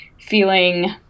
feeling